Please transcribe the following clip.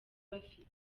bafite